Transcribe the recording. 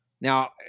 Now